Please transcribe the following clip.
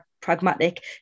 pragmatic